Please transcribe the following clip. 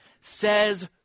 says